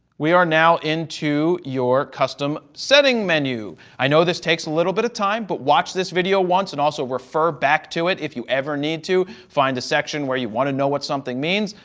we are now into your custom setting menu. i know this takes a little bit of time, but watch this video once and also refer back to it if you ever need to find a section where you want to know what something means.